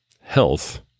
health